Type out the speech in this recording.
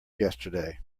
yesterday